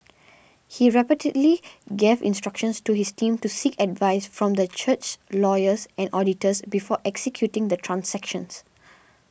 he repeatedly gave instructions to his team to seek advice from the church's lawyers and auditors before executing the transactions